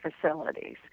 facilities